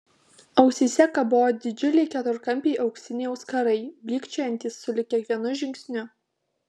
ausyse kabojo didžiuliai keturkampiai auksiniai auskarai blykčiojantys sulig kiekvienu žingsniu